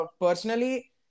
personally